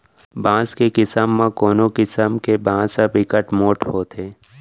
बांस के किसम म कोनो किसम के बांस ह बिकट मोठ होथे